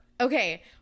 okay